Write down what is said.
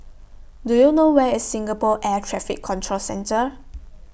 Do YOU know Where IS Singapore Air Traffic Control Centre